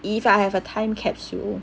if I have a time capsule